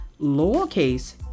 lowercase